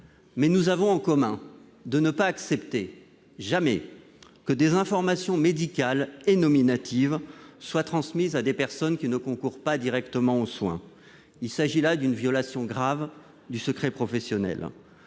mais nous avons en commun de ne jamais accepter que des informations médicales et nominatives soient transmises à des personnes qui ne concourent pas directement aux soins. Il s'agit en effet d'une violation grave du secret professionnel.